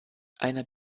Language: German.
einer